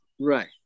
right